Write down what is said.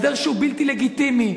הסדר שהוא בלתי לגיטימי,